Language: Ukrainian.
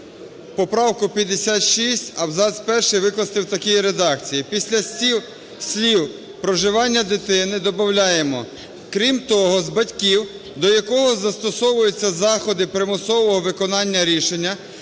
поправку 56, абзац перший викласти в такій редакції. Після слів "проживання дитини" добавляємо "крім того з батьків, до якого застосовуються заходи примусового виконання рішення